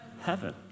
heaven